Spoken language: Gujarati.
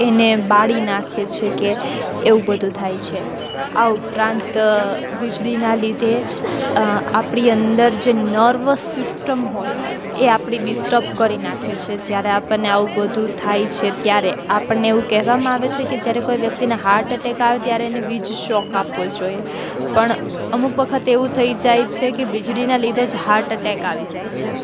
એને બાળી નાખે છે કે એવું બધું થાય છે આ ઉપરાંત વીજળીનાં લીધે આપણી અંદર જે નર્વ સિસ્ટમ હોય એ આપણી ડિસ્ટબ કરી નાખે છે જ્યારે આપણને આવું બધું થાય છે ત્યારે આપણને એવું કહેવામાં આવે છે કે જ્યારે કોઈ વ્યક્તિને હાર્ટ અટેક આવે ત્યારે એને વીજ શોક આપવો જોઈએ પણ અમુક વખત એવું થઈ જાય છે કે વીજળીનાં લીધે જ હાર્ટ અટેક આવી જાય છે